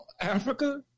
Africa